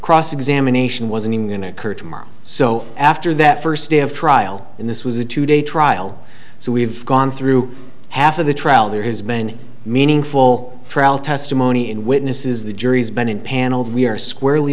cross examination wasn't even going to occur tomorrow so after that first day of trial in this was a two day trial so we've gone through half of the trial there has been meaningful trial testimony in witnesses the jury has been impaneled we are squarely